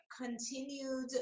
continued